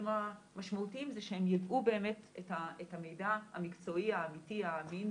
המשמעותיים זה שהם ידעו באמת את המידע המקצועי האמיתי האמין,